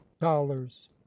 dollars